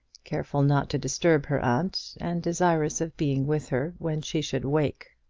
careful not to disturb her aunt, and desirous of being with her when she should awake.